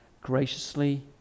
graciously